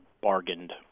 bargained